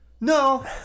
No